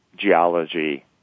geology